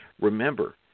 Remember